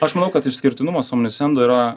aš manau kad išskirtinumas su omnisendu yra